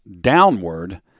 downward